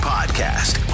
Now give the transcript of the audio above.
Podcast